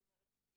זאת אומרת,